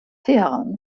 teheran